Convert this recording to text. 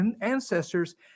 ancestors